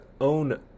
own